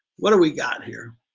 what do we got here?